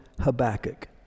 Habakkuk